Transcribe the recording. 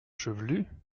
chevelu